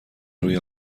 روی